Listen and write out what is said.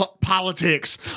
politics